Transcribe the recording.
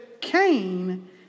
Cain